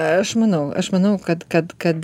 aš manau aš manau kad kad kad